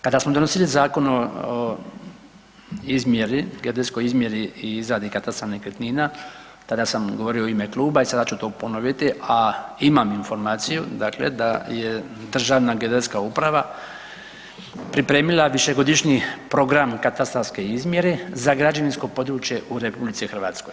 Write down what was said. Kada smo donosili Zakon o geodetskoj izmjeri i izradi katastra nekretnina tada sam govorio u ime kluba i sada ću to ponoviti, a imam informaciju da je Državna geodetska uprava pripremila višegodišnji program katastarske izmjere za građevinsko područje u RH.